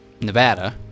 Nevada